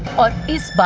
what is